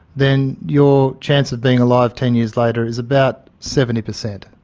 then your chance of being alive ten years later is about seventy percent.